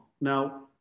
Now